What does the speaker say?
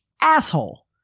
asshole